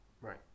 Right